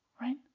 right